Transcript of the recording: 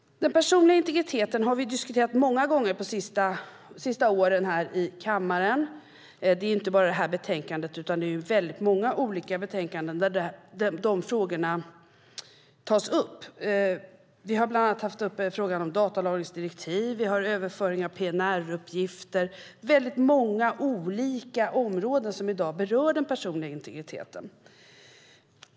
Den personliga integriteten har vi diskuterat många gånger under de senaste åren här i kammaren. Det är inte bara i detta betänkande utan i många olika betänkanden som dessa frågor tas upp. Vi har bland annat haft frågan om datalagringsdirektivet uppe. Vi har även haft frågan om överföring av PNR-uppgifter uppe. Det är många olika områden som i dag berör den personliga integriteten.